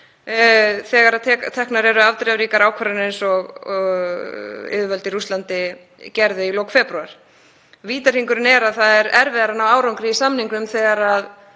þegar teknar eru afdrifaríkar ákvarðanir eins og yfirvöld í Rússlandi gerðu í lok febrúar. Vítahringurinn er að það er erfiðara að ná árangri í samningum þegar